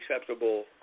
acceptable